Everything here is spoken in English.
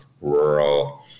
rural